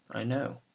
i know,